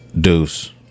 Deuce